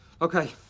Okay